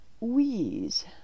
wheeze